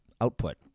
output